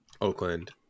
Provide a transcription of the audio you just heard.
Oakland